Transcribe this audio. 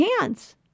hands